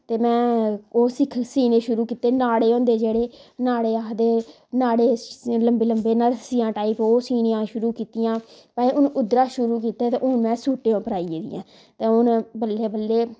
ते मैं ओह् सीने शुरू कीते नाड़े हुंदे जेह्ड़े नाड़े आखदे नाड़े सीन लम्बे लम्बे नाड़े सीने टाइप ओह् सीनियां शुरू कीतियां भाई हुन उद्धरा शुरू कीते ते हुन में सूटें उप्पर आई गेई आं ते हुन बल्लें बल्लें